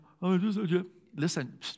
Listen